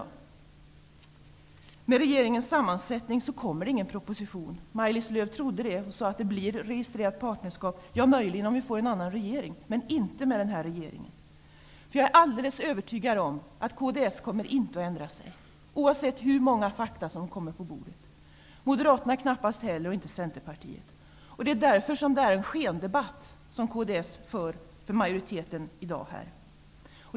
Med tanke på regeringens sammansättning kommer det ingen proposition. Maj-Lis Lööw trodde att det kommer en proposition och sade att det blir registrerat partnerskap. Det blir det möjligen om vi får en annan regering, men inte med denna regering. Jag är alldeles övertygad om att kds inte kommer att ändra sig oavsett hur många faktum som kommer på bordet. Moderaterna och Centerpartiet kommer knappast heller att ändra sig. Det är därför den debatt som kds för i dag är en skendebatt för majoriteten.